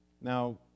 Now